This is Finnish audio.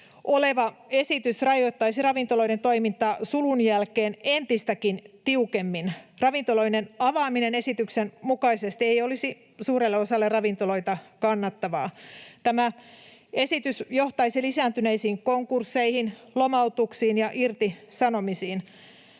oleva esitys rajoittaisi ravintoloiden toimintaa sulun jälkeen entistäkin tiukemmin. Ravintoloiden avaaminen esityksen mukaisesti ei olisi suurelle osalle ravintoloita kannattavaa. Tämä esitys johtaisi lisääntyneisiin konkursseihin, lomautuksiin ja irtisanomisiin.